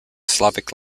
slavic